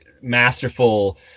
masterful